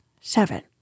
Seven